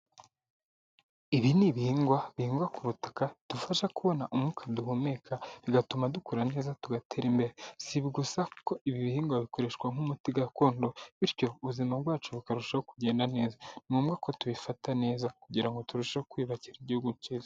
Ibi ni ibihingwa bihingwa ku butaka bidufasha kubona umwuka duhumeka bigatuma dukura neza tugatera imbere. Si ibi gusa kuko ibi bihingwa bikoreshwa nk'umuti gakondo, bityo ubuzima bwacu bukarushaho kugenda neza. Ni ngombwa ko tubifata neza, kugira ngo turusheho kwiyubakira igihugu cyiza.